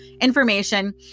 information